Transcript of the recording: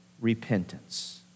repentance